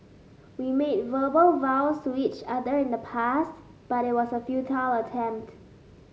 we made verbal vows to each other in the past but it was a futile attempt